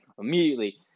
immediately